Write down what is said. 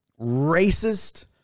racist